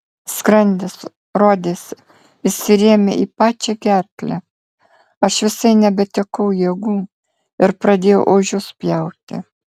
skrandis rodėsi įsirėmė į pačią gerklę aš visai nebetekau jėgų ir pradėjau ožius pjauti